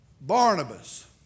Barnabas